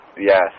Yes